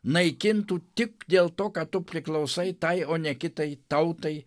naikintų tik dėl to kad tu priklausai tai o ne kitai tautai